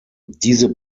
diese